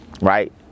right